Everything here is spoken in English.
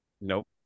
Nope